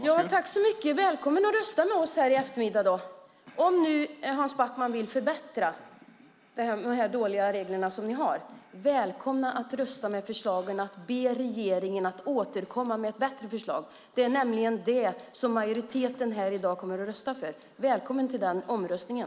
Herr talman! Om nu Hans Backman vill förbättra de dåliga regler som ni har är han välkommen att rösta med oss i eftermiddag. Välkommen att rösta på förslaget om att man ska be regeringen att återkomma med ett bättre förslag! Det är nämligen det som majoriteten i dag kommer att rösta för. Välkommen till den omröstningen!